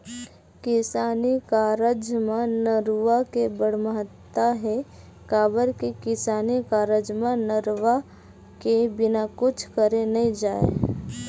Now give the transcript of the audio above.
किसानी कारज म नरूवा के बड़ महत्ता हे, काबर के किसानी कारज म नरवा के बिना कुछ करे नइ जाय